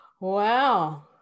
Wow